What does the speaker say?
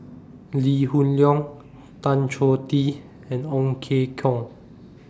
Lee Hoon Leong Tan Choh Tee and Ong Ye Kung